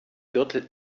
gürtel